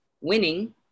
winning